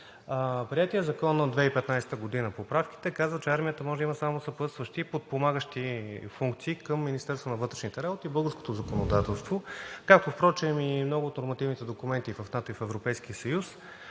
приетия от 2015 г. закон поправките казват, че армията може да има само съпътстващи и подпомагащи функции към Министерството на вътрешните работи в българското законодателство, като впрочем много от нормативните документи в НАТО и в Европейския съюз